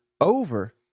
over –